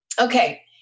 Okay